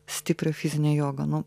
stiprią fizinę jogą nu